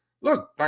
Look